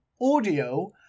audio